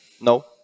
No